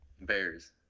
Bears